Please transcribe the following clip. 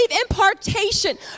impartation